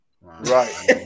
Right